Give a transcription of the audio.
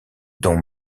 dont